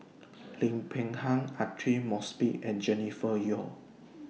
Lim Peng Han Aidli Mosbit and Jennifer Yeo